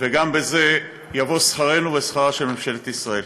וגם בזה יבוא שכרנו בשכרה של ממשלת ישראל.